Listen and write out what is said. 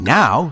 Now